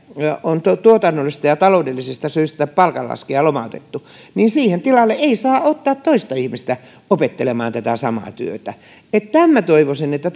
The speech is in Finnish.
on tuotannollisista ja taloudellisista syistä lomautettu niin siihen tilalle ei saa ottaa toista ihmistä opettelemaan samaa työtä minä toivoisin että